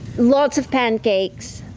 lots of pancakes.